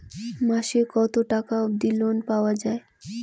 মাসে কত টাকা অবধি লোন পাওয়া য়ায়?